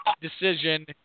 decision